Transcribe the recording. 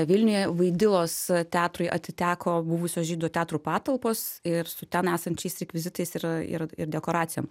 vilniuje vaidilos teatrui atiteko buvusio žydų teatro patalpos ir su ten esančiais rekvizitais ir ir ir dekoracijom